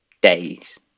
days